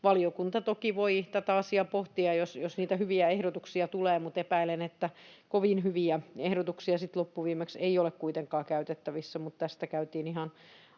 Valiokunta toki voi tätä asiaa pohtia, jos niitä hyviä ehdotuksia tulee, mutta epäilen, että kovin hyviä ehdotuksia sitten loppuviimeksi ei ole kuitenkaan käytettävissä, mutta tästä käytiin ihan